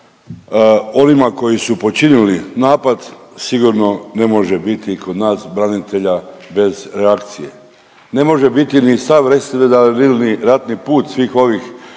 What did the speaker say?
onima koji su počinili napad sigurno ne može biti kod nas branitelja bez reakcije. Ne može biti ni stav, …/Govornik se ne razumije./… ratni put svih ovih